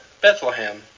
Bethlehem